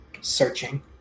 searching